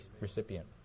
recipient